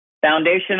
Foundation